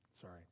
Sorry